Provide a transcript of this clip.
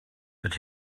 but